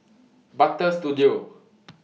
Butter Studio